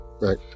Right